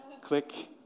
Click